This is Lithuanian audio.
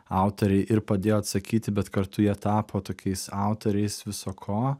autoriai ir padėjo atsakyti bet kartu jie tapo tokiais autoriais viso ko